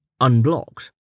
unblocked